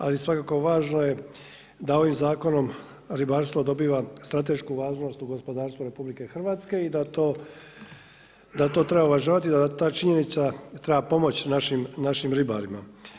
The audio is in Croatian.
Ali svakako važno je da ovim zakonom ribarstvo dobiva stratešku važnost u gospodarstvu RH i da to treba uvažavati i da ta činjenica treba pomoći našim ribarima.